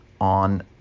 on